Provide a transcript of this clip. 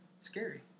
scary